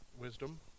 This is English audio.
Wisdom